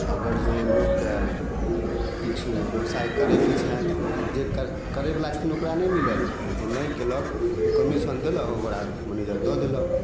अगर जँ लोकके किछु व्यवसाय करयके छनि जे कर करयवला छथिन ओकरा नहि मिलल आओर जे नहि कयलक उ कमीशन देलक ओकरा मैनेजर दअ देलक